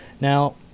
now